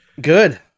good